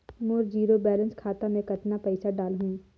मोर zero balance खाता मे कतना पइसा डाल हूं?